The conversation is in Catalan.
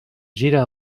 gira